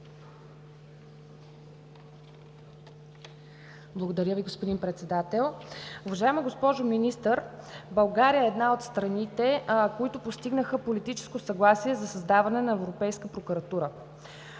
Благодаря Ви, господин Председател. Уважаема госпожо Министър, България е една от страните, които постигнаха политическо съгласие за създаване на Европейска прокуратура.